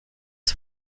die